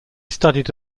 studied